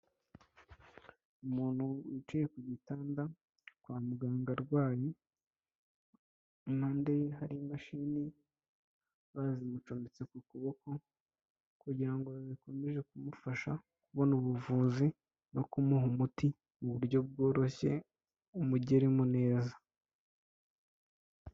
Umuntu wicaye ku gitanda kwa muganga arwaye, impande ye hari imashini bazimucometse ku kuboko, kugira ngo zikomeze kumufasha kubona ubuvuzi no kumuha umuti mu buryo bworoshye, umugeremo neza.